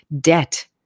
debt